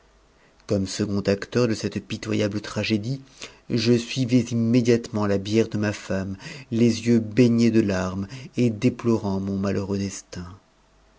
comme second acteur de cette pitoyable tragédie je suivais immédiatement la bière de ma femme les yeux baignés de tenues et déplorant mon malheureux destin